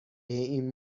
این